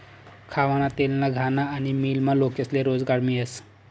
खावाना तेलना घाना आनी मीलमा लोकेस्ले रोजगार मियस